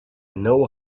know